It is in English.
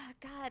God